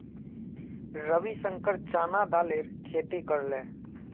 रविशंकर चना दालेर खेती करले